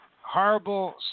Horrible